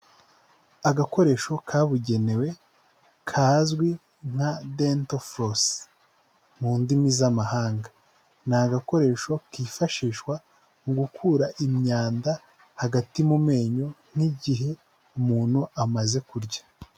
Agakoresho kabugenewe kazwi nka "dento furosi" mu ndimi z'amahanga, ni agakoresho kifashishwa mu gukura imyanda hagati mu menyo nk'igihe umuntu amaze kurya.